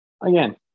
again